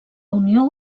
unió